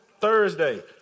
Thursday